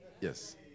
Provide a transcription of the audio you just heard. Yes